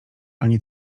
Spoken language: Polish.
ani